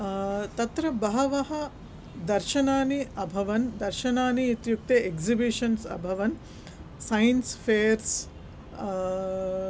तत्र बहवः दर्शनानि अभवन् दर्शनानि इत्युक्ते एक्सिबिषन्स् अभवन् सैन्स् फेर्स्